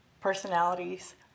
Personalities